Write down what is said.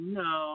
no